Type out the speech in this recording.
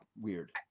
Weird